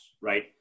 right